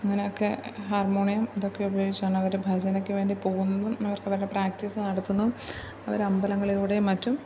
അങ്ങനെയൊക്കെ ഹാർമോണിയം ഇതൊക്കെ ഉപയോഗിച്ചാണ് അവർ ഭജനയ്ക്ക് വേണ്ടി പോവുന്നതും അവർക്ക് വേണ്ട പ്രാക്റ്റിസ് നടത്തുന്നതും അവർ അമ്പലങ്ങളിലൂടെയും മറ്റും